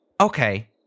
okay